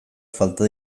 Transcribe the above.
falta